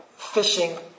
fishing